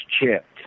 chipped